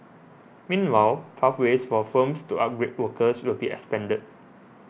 meanwhile pathways for firms to upgrade workers will be expanded